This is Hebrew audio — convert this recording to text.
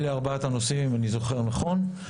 אלה ארבעת הנושאים אם אני זוכר נכון.